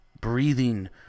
breathing